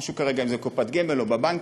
לא משנה כרגע אם זה בקופת גמל או בבנקים,